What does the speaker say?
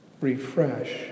refresh